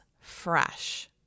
fresh